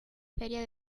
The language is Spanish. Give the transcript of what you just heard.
feria